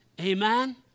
amen